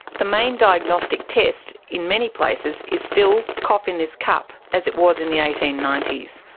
the main diagnostic test in many places is still cough in this cup as it was in the eighteen ninety s.